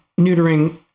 neutering